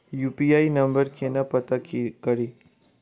UPI number केना पत्ता कड़ी?